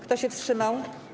Kto się wstrzymał?